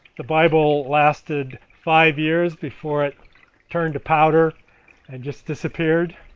the bible lasted five years before it turned to powder and just disappeared,